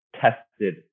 tested